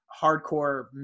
hardcore